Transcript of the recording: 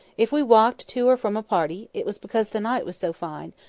if we walked to or from a party, it was because the night was so fine,